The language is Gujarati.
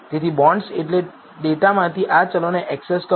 તેથી બોન્ડ્સ ડેટામાંથી આ ચલોને એક્સેસ કરો